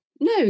no